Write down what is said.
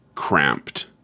cramped